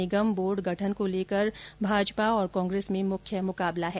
निगम board गठन को लेकर भाजपा और कांग्रेस में मुख्य मुकाबला है